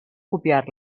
copiar